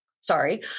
Sorry